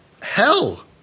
hell